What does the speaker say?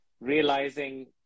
realizing